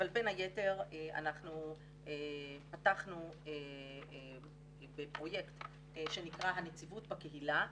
אבל בין היתר אנחנו פתחנו בפרויקט שנקרא "הנציבות בקהילה".